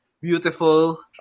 beautiful